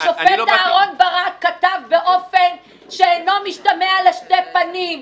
השופט אהרון ברק כתב באופן שאינו משתמע לשני פנים: